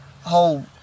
whole